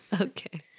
Okay